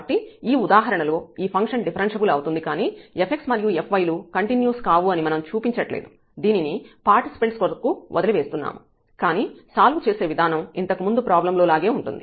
కాబట్టి ఈ ఉదాహరణ లో ఈ ఫంక్షన్ డిఫరెన్ష్యబుల్ అవుతుంది కానీ fx మరియు fy లు కంటిన్యూస్ కావు అని మనం చూపించట్లేదు దీనిని పార్టిసిపెంట్స్ కొరకు వదిలి వేస్తున్నాము కానీ సాల్వ్ చేసే విధానం ఇంతకు ముందు ప్రాబ్లం లో లాగే ఉంటుంది